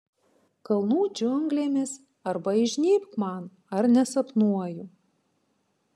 kalnų džiunglėmis arba įžnybk man ar nesapnuoju